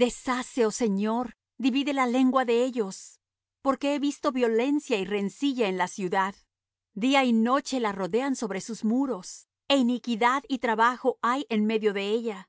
deshace oh señor divide la lengua de ellos porque he visto violencia y rencilla en la ciudad día y noche la rodean sobre sus muros e iniquidad y trabajo hay en medio de ella